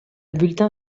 bulletin